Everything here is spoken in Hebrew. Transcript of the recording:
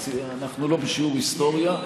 אנחנו לא בשיעור היסטוריה.